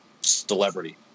celebrity